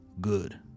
good